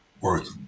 worth